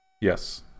Yes